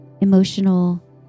emotional